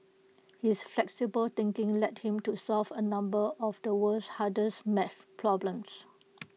his flexible thinking led him to solve A number of the world's harder's math problems